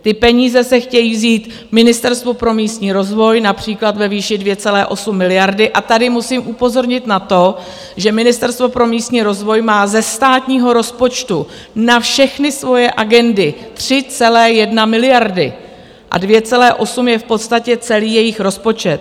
Ty peníze se chtějí vzít Ministerstvu pro místní rozvoj, například ve výši 2,8 miliardy a tady musím upozornit na to, že Ministerstvo pro místní rozvoj má ze státního rozpočtu na všechny svoje agendy 3,1 miliardy a 2,8 je v podstatě celý jejich rozpočet.